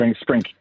Spring